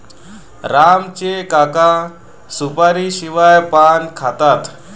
राम चे काका सुपारीशिवाय पान खातात